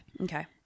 okay